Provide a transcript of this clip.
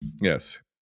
Yes